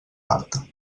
farta